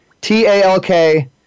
T-A-L-K